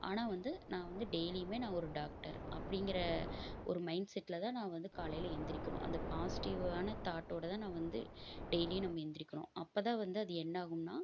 ஆனால் வந்து நான் வந்து டெய்லியுமே நான் ஒரு டாக்டர் அப்படிங்கற ஒரு மைண்ட் செட்டில் தான் நான் வந்து காலையில் எழுந்திரிக்கணும் அந்த பாசிட்டிவான தாட்டோடு தான் நான் வந்து டெய்லியும் நம்ம எழுந்திரிக்கணும் அப்போ தான் வந்து அது என்ன ஆகும்னால்